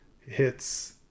hits